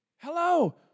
Hello